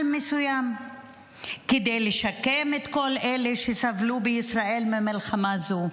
מסוים כדי לשקם את כל אלה שסבלו בישראל מהמלחמה הזאת.